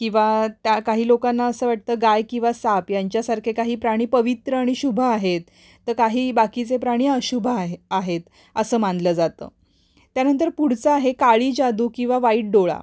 किंवा त्या काही लोकांना असं वाटतं गाय किंवा साप यांच्यासारखे काही प्राणी पवित्र आणि शुभ आहेत तर काही बाकीचे प्राणी अशुभ आहे आहेत असं मानलं जातं त्यानंतर पुढचं आहे काळी जादू किंवा वाईट डोळा